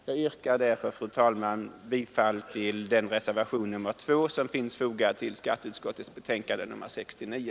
Jag yrkar därför, fru talman, bifall till reservationen 2 vid skatteutskottets betänkande nr 69.